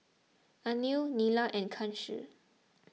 Anil Neila and Kanshi